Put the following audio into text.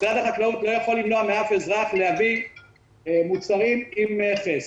משרד החקלאות לא יכול למנוע מאף אזרח להביא מוצרים עם מכס.